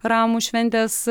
ramų šventės